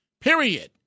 period